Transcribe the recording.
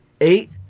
Eight